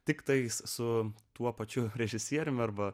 tiktais su tuo pačiu režisieriumi arba